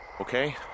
Okay